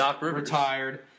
retired